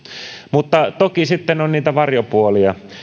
mutta toki sitten on niitä varjopuolia